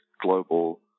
global